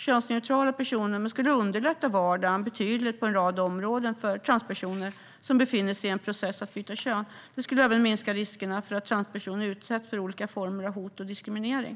Könsneutrala personnummer skulle underlätta vardagen betydligt på en rad områden för transpersoner som befinner sig i processen att byta kön. Det skulle även minska risken för att transpersoner utsätts för olika former av hot och diskriminering.